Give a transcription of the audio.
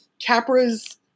Capra's